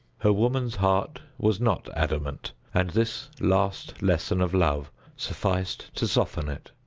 her woman's heart was not adamant, and this last lesson of love sufficed to soften it.